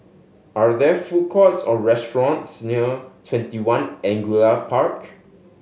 are there food courts or restaurants near Twenty One Angullia Park